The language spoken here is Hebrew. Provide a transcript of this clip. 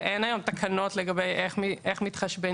ואין היום תקנות לגבי איך מתחשבנים.